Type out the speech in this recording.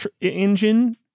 engine